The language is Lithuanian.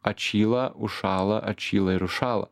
atšyla užšąla atšyla ir užšąla